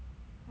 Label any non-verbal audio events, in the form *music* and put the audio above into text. *laughs*